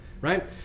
right